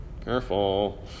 Careful